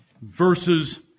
versus